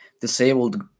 disabled